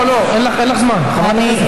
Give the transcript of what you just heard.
לא, לא, אין לך זמן, חברת הכנסת.